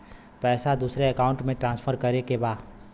पैसा दूसरे अकाउंट में ट्रांसफर करें के बा?